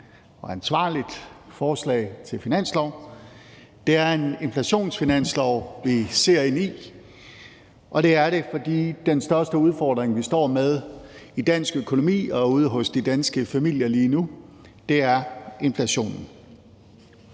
og ansvarligt forslag til finanslov. Det er en inflationsfinanslov, vi ser ind i, og det er det, fordi den største udfordring, vi står med i dansk økonomi og ude hos de danske familier lige nu, er inflationen.